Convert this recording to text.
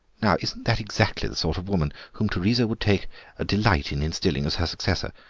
now isn't that exactly the sort of woman whom teresa would take a delight in installing as her successor?